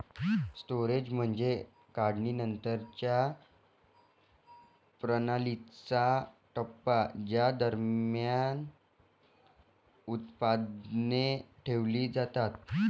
storage म्हणजे काढणीनंतरच्या प्रणालीचा टप्पा ज्या दरम्यान उत्पादने ठेवली जातात